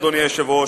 אדוני היושב-ראש,